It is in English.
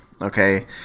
okay